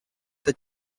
that